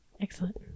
excellent